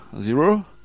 zero